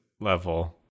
level